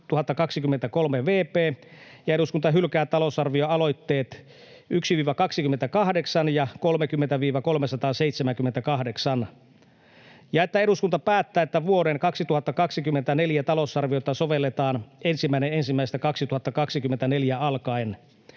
29/2023 vp ja eduskunta hylkää talousarvioaloitteet 1—28 ja 30—378 ja että eduskunta päättää, että vuoden 2024 talousarviota sovelletaan 1.1.2024 alkaen.